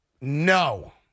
No